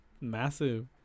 massive